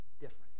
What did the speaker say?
different